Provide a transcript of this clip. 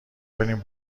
بریم